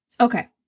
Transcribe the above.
Okay